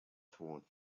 towards